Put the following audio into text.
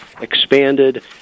expanded